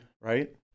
right